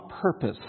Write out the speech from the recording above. purpose